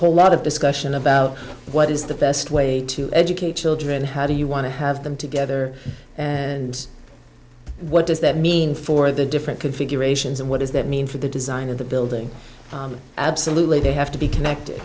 whole lot of discussion about what is the best way to educate children how do you want to have them together and what does that mean for the different configurations and what does that mean for the design of the building absolutely they have to be connected